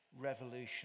revolution